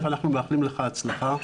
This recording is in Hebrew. אז אנחנו מאחלים לך הצלחה,